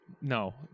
No